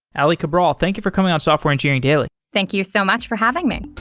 aly cabral, thank you for coming on software engineering daily thank you so much for having me